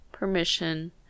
permission